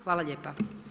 Hvala lijepa.